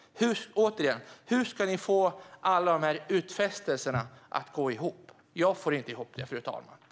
Hur ska ni få det att gå ihop med alla utfästelser? Jag får inte ihop det.